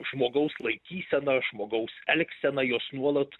žmogaus laikysena žmogaus elgsena jos nuolat